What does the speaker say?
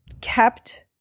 kept